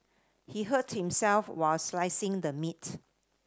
he hurt himself while slicing the meat